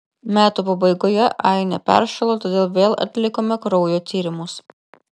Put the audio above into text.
metų pabaigoje ainė peršalo todėl vėl atlikome kraujo tyrimus